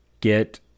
get